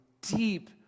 deep